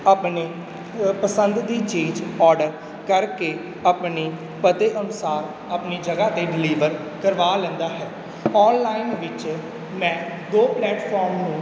ਆਪਣੀ ਅ ਪਸੰਦ ਦੀ ਚੀਜ਼ ਓਡਰ ਕਰਕੇ ਆਪਣੀ ਪਤੇ ਅਨੁਸਾਰ ਆਪਣੀ ਜਗ੍ਹਾ 'ਤੇ ਡਿਲਿਵਰ ਕਰਵਾ ਲੈਂਦਾ ਹੈ ਔਨਲਾਈਨ ਵਿੱਚ ਮੈਂ ਦੋ ਪਲੈਟਫੋਮ ਨੂੰ